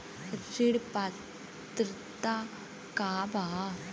ऋण पात्रता का बा?